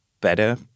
better